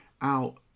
out